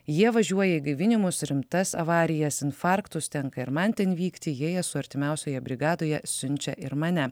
jie važiuoja į gaivinimus rimtas avarijas infarktus tenka ir man ten vykti jei esu artimiausioje brigadoje siunčia ir mane